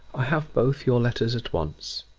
i have both your letters at once.